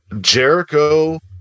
jericho